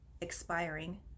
expiring